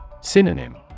Synonym